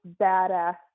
badass